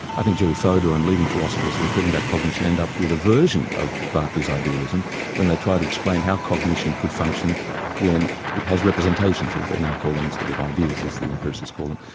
i think jerry fodor and leading philosophers who were talking about cognition end up with a version of berkeley's idealism when they try to explain how cognition could function when it has representations as they now call them, instead of ideas as the empiricists call them,